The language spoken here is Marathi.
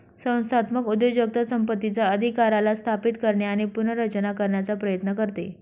संस्थात्मक उद्योजकता संपत्तीचा अधिकाराला स्थापित करणे आणि पुनर्रचना करण्याचा प्रयत्न करते